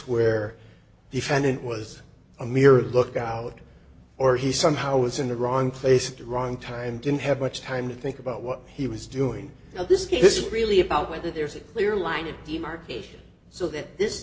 where defendant was a mere lookout or he somehow was in the wrong place at the wrong time didn't have much time to think about what he was doing at this case this is really about whether there's a clear line of demarcation so that this